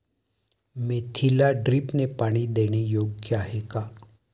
मेथीला ड्रिपने पाणी देणे योग्य आहे का?